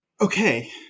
okay